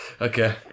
Okay